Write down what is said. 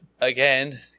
again